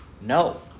no